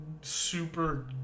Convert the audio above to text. super